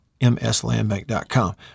mslandbank.com